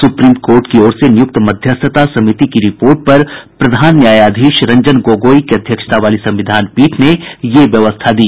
supreme Court की ओर से नियुक्त मध्यस्थता समिति की रिपोर्ट पर प्रधान न्यायाधीश रंजन गोगोई की अध्यक्षता वाली संविधान पीठ ने ये व्यवस्था दी